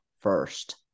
first